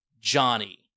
Johnny